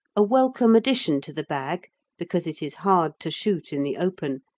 a welcome addition to the bag because it is hard to shoot in the open,